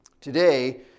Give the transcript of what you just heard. Today